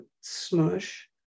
smush